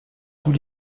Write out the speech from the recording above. tous